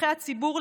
שליחי הציבור,